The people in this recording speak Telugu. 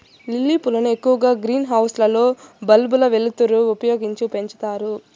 లిల్లీ పూలను ఎక్కువగా గ్రీన్ హౌస్ లలో బల్బుల వెలుతురును ఉపయోగించి పెంచుతారు